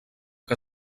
que